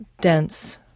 dense